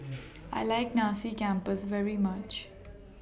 I like Nasi Campur very much